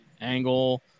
angle